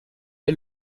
est